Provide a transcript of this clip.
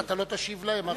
אתה לא תשיב להם?